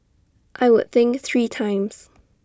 I would think three times